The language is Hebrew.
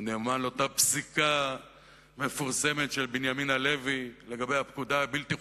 הוא נאמן לאותה פסיקה מפורסמת של בנימין הלוי על הפקודה הבלתי-חוקית.